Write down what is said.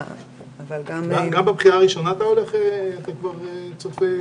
גם בבחירה הראשונה אתה צופה את זה?